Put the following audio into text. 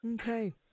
Okay